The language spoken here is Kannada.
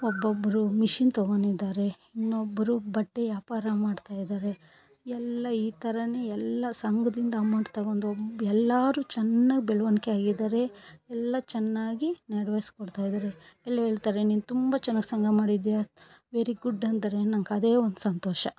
ಒಬ್ಬೊಬ್ಬರು ಮಿಷಿನ್ ತಗೊಂಡಿದಾರೆ ಇನ್ನೊಬ್ಬರು ಬಟ್ಟೆ ವ್ಯಾಪಾರ ಮಾಡ್ತಾಯಿದಾರೆ ಎಲ್ಲ ಈ ತರ ಎಲ್ಲ ಸಂಘದಿಂದ ಅಮೌಂಟ್ ತಗೊಂಡು ಎಲ್ಲರು ಚೆನ್ನಾಗ್ ಬೆಳವಣಿಗೆ ಆಗಿದಾರೆ ಎಲ್ಲ ಚೆನ್ನಾಗಿ ನೆರ್ವೇರಿಸ್ಕೊಡ್ತಾಯಿದಾರೆ ಎಲ್ಲ ಹೇಳ್ತಾರೆ ನೀನು ತುಂಬ ಚೆನ್ನಾಗ್ ಸಂಘ ಮಾಡಿದ್ದಿಯ ವೆರಿ ಗುಡ್ ಅಂತಾರೆ ನಂಗೆ ಅದೇ ಒಂದು ಸಂತೋಷ